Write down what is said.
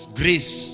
grace